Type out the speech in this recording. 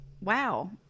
wow